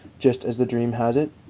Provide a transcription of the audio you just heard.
just as the dream has it?